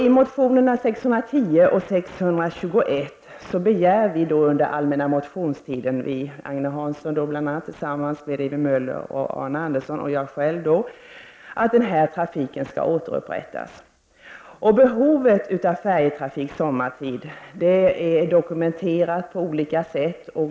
I motionerna T610 och T621 begärde vi under den allmänna motionstiden — Agne Hansson, Ewy Möl:er, Arne Andersson i Gamleby och jag — att denna trafik återupprättas. Behovet av färjetrafik sommartid har dokumenterats på olika sätt.